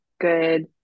good